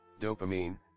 Dopamine